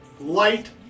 light